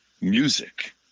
music